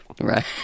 Right